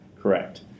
Correct